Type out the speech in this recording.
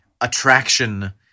attraction